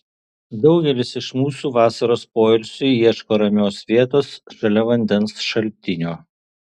daugelis iš mūsų vasaros poilsiui ieško ramios vietos šalia vandens šaltinio